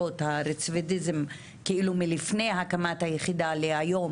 שעבירות הרצידיביזם ירדו מלפני הקמת היחידה ועד היום